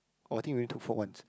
oh I think we only took for once